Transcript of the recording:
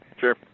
Sure